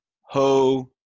Ho